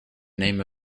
name